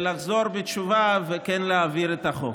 חזרו בתשובה, וכן העבירו את החוק.